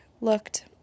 looked